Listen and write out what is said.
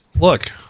look